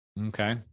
Okay